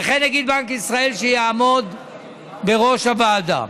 וכן נגיד בנק ישראל, שיעמוד בראש הוועדה.